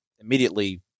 immediately